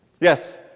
Yes